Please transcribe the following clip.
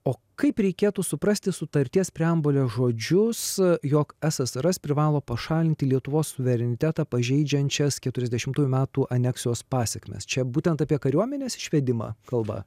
o kaip reikėtų suprasti sutarties preambulės žodžius jog ssrs privalo pašalinti lietuvos suverenitetą pažeidžiančias keturiasdešimtųjų metų aneksijos pasekmes čia būtent apie kariuomenės išvedimą kalba